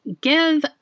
give